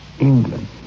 England